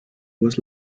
was